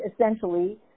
essentially